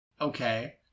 okay